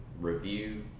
review